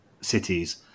cities